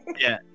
yeah